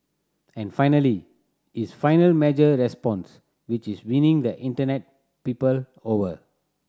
and finally his final measured response which is winning the Internet people over